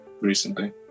Recently